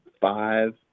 five